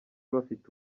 bafite